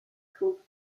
called